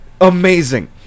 Amazing